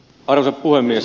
arvoisa puhemies